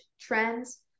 trends